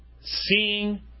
seeing